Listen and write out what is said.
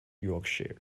yorkshire